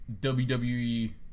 WWE